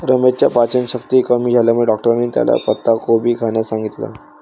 रमेशच्या पचनशक्ती कमी झाल्यामुळे डॉक्टरांनी त्याला पत्ताकोबी खाण्यास सांगितलं